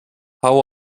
how